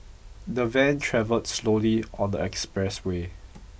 the van travelled slowly on the expressway